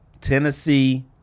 tennessee